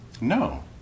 No